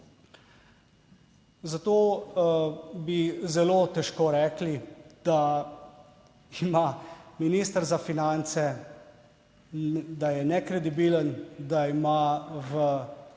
Zato bi zelo težko rekli, da ima minister za finance, da je nekredibilen, da ima v